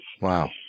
Wow